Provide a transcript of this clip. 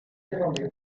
regarded